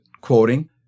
quoting